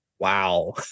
wow